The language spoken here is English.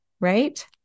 right